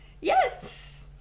Yes